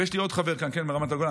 ויש לי עוד חבר כאן מרמת הגולן,